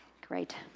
Great